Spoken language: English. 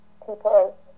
people